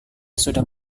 sudah